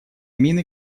мины